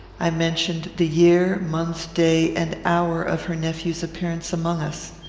i mentioned the year, month, day, and hour of her nephew's appearance among us.